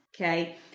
Okay